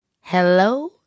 Hello